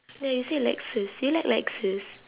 no you said lexus you like lexus